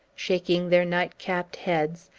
shaking their night-capped heads,